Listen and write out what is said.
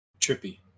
trippy